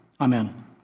Amen